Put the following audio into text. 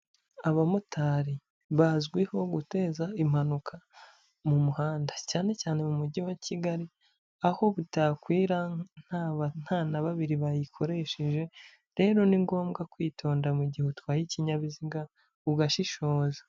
Abamotari bazwiho guteza impanuka mu muhanda cyane cyane mu mujyi wa Kigali, aho butakwira nta na babiri bayikoresheje. Rero ni ngombwa kwitonda mu gihe utwaye ikinyabiziga ugashishoza.